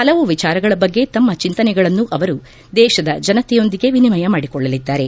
ಹಲವು ವಿಚಾರಗಳ ಬಗ್ಗೆ ತಮ್ಮ ಚಿಂತನೆಗಳನ್ನು ಅವರು ದೇಶದ ಜನತೆಯೊಂದಿಗೆ ವಿನಿಮಯ ಮಾಡಿಕೊಳ್ಳಲಿದ್ದಾರೆ